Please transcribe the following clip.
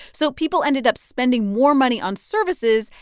so people ended up spending more money on services,